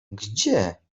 gdzie